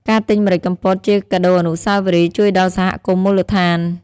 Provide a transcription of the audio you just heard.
ការទិញម្រេចកំពតជាកាដូអនុស្សាវរីយ៍ជួយដល់សហគមន៍មូលដ្ឋាន។